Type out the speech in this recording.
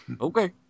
Okay